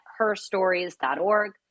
herstories.org